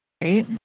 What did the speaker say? right